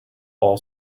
all